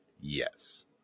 Yes